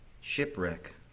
Shipwreck